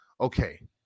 okay